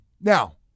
Now